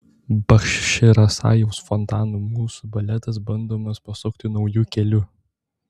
bachčisarajaus fontanu mūsų baletas bandomas pasukti nauju keliu